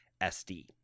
SD